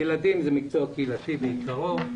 ילדים זה מקצוע קהילתי בעיקרו,